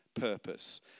purpose